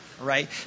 right